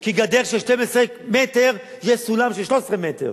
כי לגדר של 12 מטר יש סולם של 13 מטר.